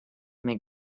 make